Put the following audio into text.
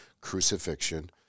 crucifixion